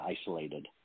isolated